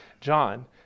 John